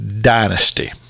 Dynasty